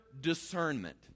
discernment